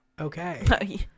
Okay